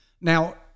Now